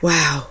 Wow